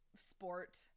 sport